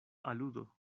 aludo